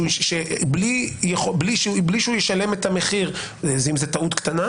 בלי שהוא ישלם את המחיר אם זו טעות קטנה,